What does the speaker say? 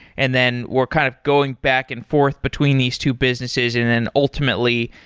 and then we're kind of going back and forth between these two businesses, and then ultimately,